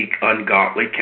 ungodly